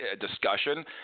discussion